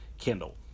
Kindle